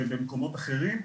במקומות אחרים,